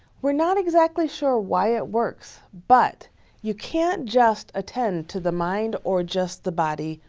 we're not exactly sure why it works, but you can't just attend to the mind, or just the body,